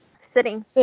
sitting